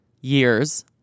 years